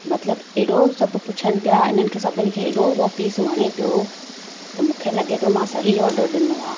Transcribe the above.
मतिलब एॾो सभु पुछनि पिया इन्हनि सभिनी खे एॾो उहो पीस वणे पियो त मूंखे लॻे पियो मां सही ऑडर ॾिनो आहे